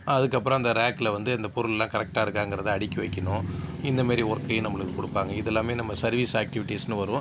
அதுக்கப்புறம் அந்த ரேக்ல வந்து அந்த பொருள் எல்லாம் கரெக்டாக இருக்காங்கிறத அடுக்கி வைக்கணும் இந்த மாதிரி ஒர்க்கையும் நம்மளுக்கு கொடுப்பாங்க இதெல்லாமே நம்ம சர்வீஸ் ஆக்டிவிட்டீஸ்னு வரும்